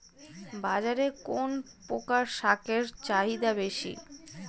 বাজারে কোন প্রকার শাকের চাহিদা বেশী?